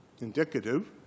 indicative